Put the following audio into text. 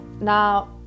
Now